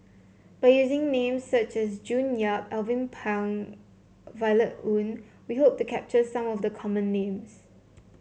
by using names such as June Yap Alvin Pang Violet Oon we hope to capture some of the common names